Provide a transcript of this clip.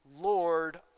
Lord